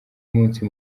umunsi